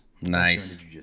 nice